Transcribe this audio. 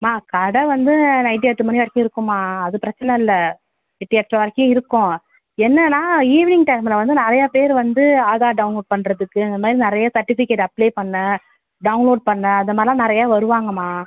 அம்மா கடை வந்து நைட்டு எட்டு மணி வரைக்கும் இருக்கும்மா அது பிரச்சனை இல்லை எட்டு எட்ரை வரைக்கும் இருக்கும் என்னென்னால் ஈவினிங் டைமில் வந்து நிறையா பேர் வந்து ஆதார் டவுன்லோட் பண்ணுறதுக்கு இந்த மாதிரி நிறைய சர்டிஃபிகேட் அப்ளை பண்ண டவுன்லோட் பண்ண அந்தமாதிரில்லாம் நிறையா வருவாங்கம்மா